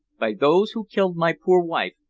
by those who killed my poor wife,